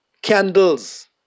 Candles